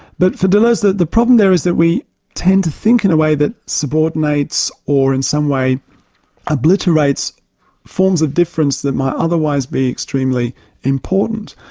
but for deleuze the the problem there is that we tend to think in a way that subordinates or in some way obliterates forms of difference that might otherwise be extremely important.